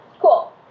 Cool